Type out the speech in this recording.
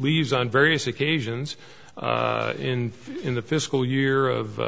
leaves on various occasions in in the fiscal year of